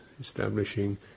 Establishing